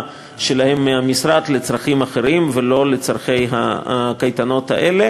שלהן מהמשרד לצרכים אחרים ולא לצורכי הקייטנות האלה.